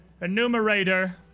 enumerator